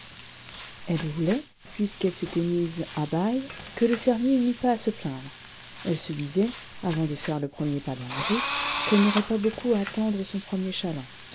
elle voulait puisqu'elle s'était mise à bail que le fermier n'eût pas à se plaindre elle se disait avant de faire le premier pas dans la rue qu'elle n'aurait pas beaucoup à attendre son premier